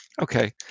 Okay